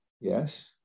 yes